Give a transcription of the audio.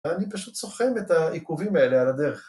‫ואני פשוט סוכם את העיכובים האלה ‫על הדרך.